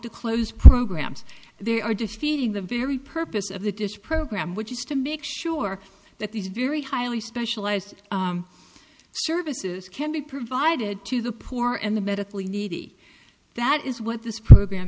to close programs they are defeating the very purpose of the dish program which is to make sure that these very highly specialized services can be provided to the poor and the medically needy that is what this program